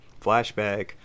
flashback